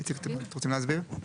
איציק, אתם רוצים להסביר?